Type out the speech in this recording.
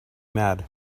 mad